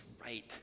right